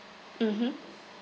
mmhmm